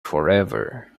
forever